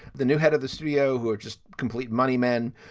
the new head of the studio who are just complete moneymen.